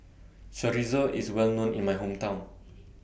Chorizo IS Well known in My Hometown